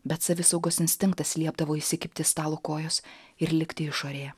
bet savisaugos instinktas liepdavo įsikibti stalo kojos ir likti išorėje